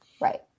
Right